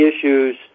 issues